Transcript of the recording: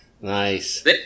nice